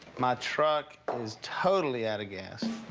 my truck is totally outta gas.